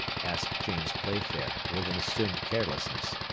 asked james playfair, with an assumed carelessness.